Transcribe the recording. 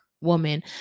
woman